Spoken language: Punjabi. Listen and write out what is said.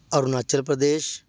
ਅਰੁਣਾਚਲ ਪ੍ਰਦੇਸ਼